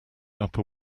upper